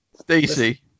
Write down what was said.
Stacy